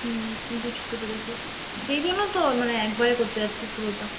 হুঁম বুঝতে পেরেছি সেই জন্য তো মানে একবারে করতে চাইছি পুরোটা